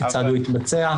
כיצד הוא יתבצע.